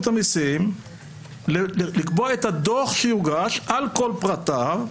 המסים לקבוע את הדוח שיוגש על כל פרטיו,